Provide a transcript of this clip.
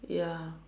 ya